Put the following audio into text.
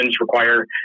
require